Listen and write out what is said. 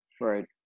Right